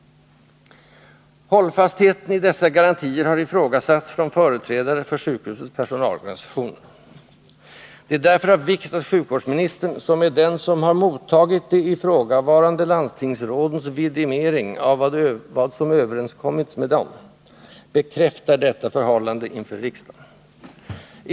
Hållfastheten i dessa garantier har ifrågasatts av företrädare för sjukhusets personalorganisationer. Det är därför av vikt att sjukvårdsministern, som är den som har mottagit de ifrågavarande landstingsrådens vidimering av vad som överenskommits med dem, bekräftar garantiernas hållfasthet inför riksdagen.